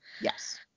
yes